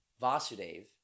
Vasudev